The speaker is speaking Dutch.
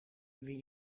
wie